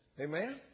Amen